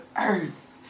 earth